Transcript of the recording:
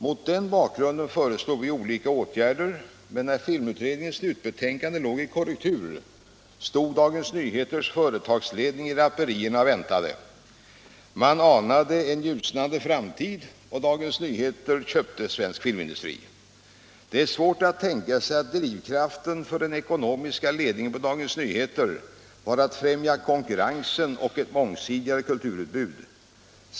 Mot den bakgrunden föreslog vi olika åtgärder, men när filmutredningens slutbetänkande låg i korrektur stod Dagens Nyheters företagsledning i draperierna och väntade. Man anade en ljusnande framtid, och Dagens Nyheter köpte Svensk Filmindustri. Det är svårt att tänka sig att drivkraften för den ekonomiska ledningen för Dagens Nyheter var att främja konkurrensen och ett mångsidigare kulturutbud.